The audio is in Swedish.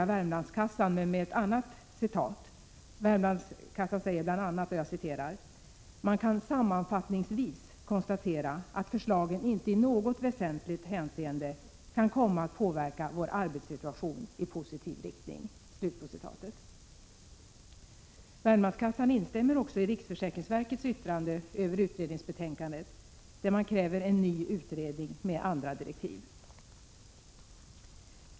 Värmlandskassan säger bl.a.: ”Man kan sammanfattningsvis konstatera att förslagen inte i något väsentligt hänseende kan komma att påverka vår arbetssituation i positiv riktning.” Värmlandskassan instämmer också i riksförsäkringsverkets yttrande över utredningsbetänkandet, där man kräver en ny utredning med andra direktiv.